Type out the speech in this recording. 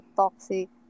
toxic